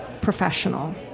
professional